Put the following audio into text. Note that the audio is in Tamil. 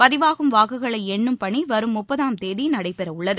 பதிவாகும் வாக்குகளை எண்னும் பணி வரும் முப்பதாம் தேதி நடைபெறவுள்ளது